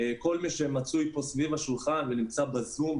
כל מי שמצוי פה סביב השולחן ונמצא בזום,